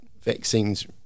vaccines